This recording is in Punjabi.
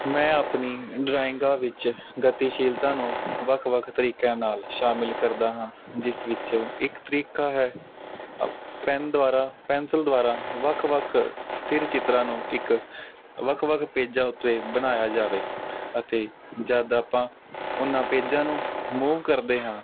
ਮੈਂ ਆਪਣੀ ਡਰਾਇੰਗ ਵਿੱਚ ਗਤੀਸ਼ੀਲਤਾ ਨੂੰ ਵੱਖ ਵੱਖ ਤਰੀਕਿਆਂ ਨਾਲ ਸ਼ਾਮਿਲ ਕਰਦਾ ਹਾਂ ਜਿਸ ਵਿੱਚੋਂ ਇੱਕ ਤਰੀਕਾ ਹੈ ਪੈਨ ਦੁਆਰਾ ਪੈਨਸਲ ਦੁਆਰਾ ਵੱਖ ਵੱਖ ਸਥਿਰ ਚਿੱਤਰਾਂ ਨੂੰ ਇੱਕ ਵੱਖ ਵੱਖ ਪੇਜਾਂ ਉੱਤੇ ਬਣਾਇਆ ਜਾਵੇ ਅਤੇ ਜਦੋਂ ਆਪਾਂ ਉਹਨਾਂ ਪੇਜਾਂ ਨੂੰ ਮੂਵ ਕਰਦੇ ਹਾਂ